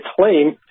claim